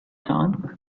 time